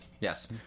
Yes